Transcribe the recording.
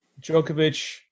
Djokovic